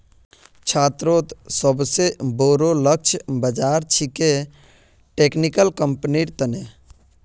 छात्रोंत सोबसे बोरो लक्ष्य बाज़ार छिके टेक्निकल कंपनिर तने